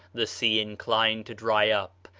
the sea inclined to dry up,